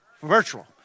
Virtual